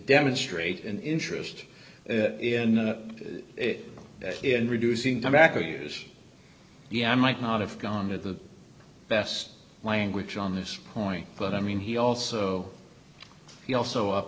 demonstrate an interest in it in reducing to makkah use yeah i might not have gone to the best language on this point but i mean he also he also u